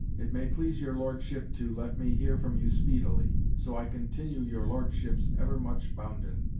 it may please your lordship to let me hear from you speedily. so i continue your lordship's ever much bounden,